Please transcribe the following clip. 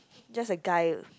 just a guy